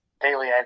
daily